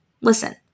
Listen